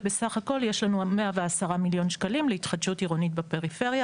ובסך הכל יש לנו 110 מיליון שקלים להתחדשות עירונית בפריפריה.